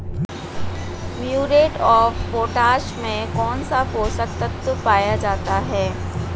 Muriate of potash में कौन सा पोषक तत्व पाया जाता है?